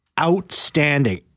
outstanding